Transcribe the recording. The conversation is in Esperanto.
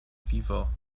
vivo